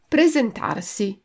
Presentarsi